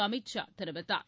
அமித் ஷா தெரிவித்தார்